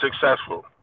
successful